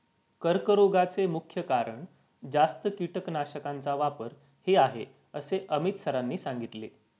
कर्करोगाचे मुख्य कारण जास्त कीटकनाशकांचा वापर हे आहे असे अमित सरांनी सांगितले